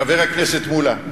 חבר הכנסת מולה,